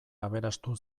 aberastu